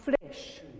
flesh